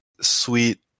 sweet